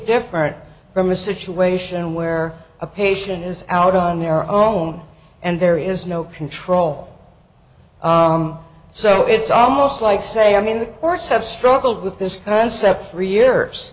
different from a situation where a patient is out on their own and there is no control so it's almost like saying i mean the courts have struggled with this concept three years